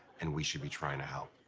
and we should be trying to help.